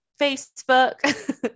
Facebook